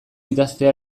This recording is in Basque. idaztea